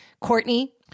Courtney